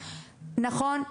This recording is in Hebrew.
נכון,